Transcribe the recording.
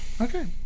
okay